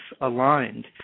aligned